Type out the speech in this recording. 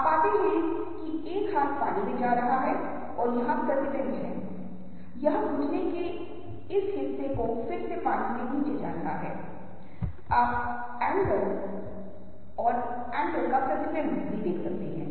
आपके पास जाहिरा तौर पर गुलाबी जैसे रंग हैं जिनमें सुंदर रंग हैं लेकिन यहां लाल और काले और भूरे रंग के संयोजन में और चमड़ी वाले जानवर का जुड़ाव है जो कहीं न कहीं लटका हुआ है इससे हमें चीजों की बहुत परेशान करने वाली तस्वीरें मिलती हैं